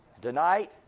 Tonight